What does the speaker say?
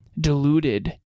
deluded